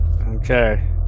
Okay